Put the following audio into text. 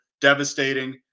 Devastating